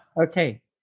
Okay